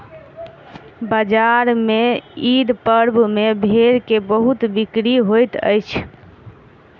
बजार में ईद पर्व में भेड़ के बहुत बिक्री होइत अछि